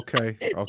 Okay